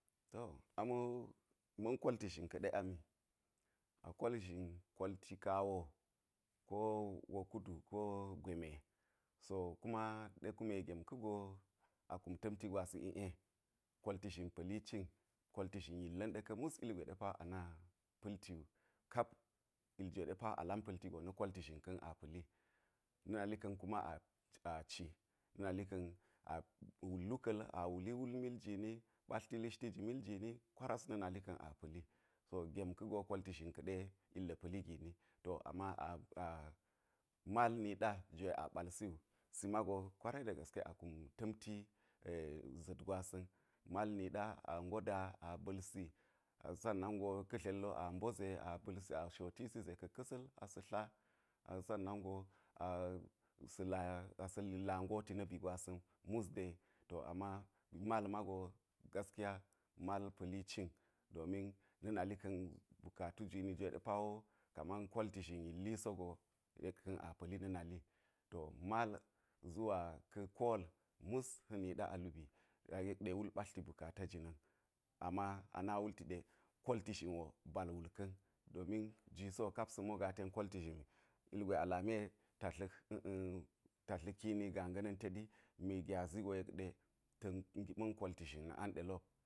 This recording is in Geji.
To ami wo ma̱n kolti zhin ka̱ɗe ami a kol zhin kolti kawo ko wokudu ko gwe me so kuma ɗe kume gem ka̱ go a kum ta̱mti gwas i'e kolti zhin pa̱li cin kolti zhin illa̱n ɗa̱ka̱ mas ilgwe ɗe pa a na pa̱lti wu kap iljwe ɗe pa a lam pa̱lti go na̱ kolti zhin ka̱n a pa̱lina̱ nali ka̱n kuma a ci na̱ nali ka̱n a wul luka̱l a wuli wul mil jini ɓatlti lishti ji mil jini ƙwaras na̱ nali ka̱n a pa̱li so gem ka̱ go kolti zhin ka̱ɗe illa̱ pa̱li gini to ama aa mal nɗa jwe a ɓalsi wu si mago kwarai da gaske a kum ta̱mti ga̱ za̱t gwasa̱n mal niɗa a ngo da a ba̱lsi sannan go ka̱ dlel wo a mbo ze a ba̱si a shotisi ze ka̱ ka̱sa̱l asa̱ tla sannan go a a sa̱ la aa sa̱ la ngoti na̱ bi gwasa̱n mus de to ama mal mago gaskiya mal pa̱li cin domin na̱ nali ka̱n bkatu jini jwe ɗe pa wo kaman kolti zhin yilli sogo yek ka̱n a pa̱li na̱ nali to mal zuwa ka̱ kol mus sa̱ niɗa a lubi a yek ɗe wul ɓatlti bukata jina̱n ama a na wulti ɗe kolti zhinwo bal wul domi jwisi wo kap sa̱mogaa ten kolti zhin ilgwe a lami ta dlaƙini gaa ga̱na̱n teɗi mi gyazi go yek ɗe ta̱ngiɓa̱nkolti zhinna̱ ang ɗe lop.